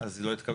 אז, לא.